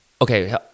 Okay